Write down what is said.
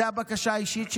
זו הבקשה האישית שלי,